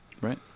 Right